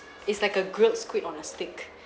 it's like a grilled squid on a stick